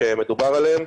שמדובר עליהם,